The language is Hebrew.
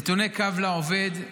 נתוני קו לעובד,